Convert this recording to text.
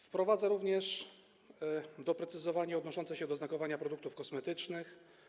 Wprowadza się również doprecyzowanie odnoszące się do znakowania produktów kosmetycznych.